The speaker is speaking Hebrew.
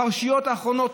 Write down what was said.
הפרשיות האחרונות,